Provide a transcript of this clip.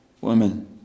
women